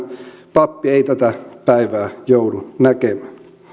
pappi ei tätä päivää joudu näkemään